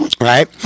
Right